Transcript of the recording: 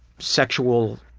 sexual,